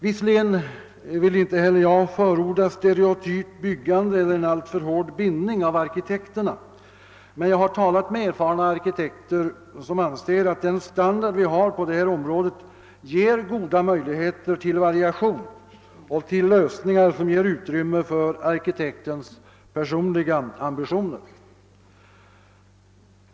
Visserligen vill jag inte förorda stereotypt byggande eller en alltför hård bindning av arkitekterna, men jag har talat med erfarna arkitekter, som anser att den standard vi har på detta område ger goda möjligheter till variation och till lösningar som ger utrymme för arkitektens personliga ambitioner.